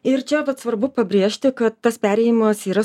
ir čia vat svarbu pabrėžti kad tas perėjimas yra